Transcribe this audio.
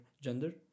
gender